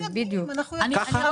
ככה?